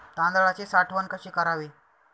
तांदळाची साठवण कशी करावी?